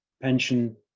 pension